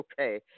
okay